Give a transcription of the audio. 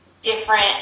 different